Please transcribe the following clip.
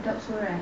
that's all right